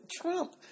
Trump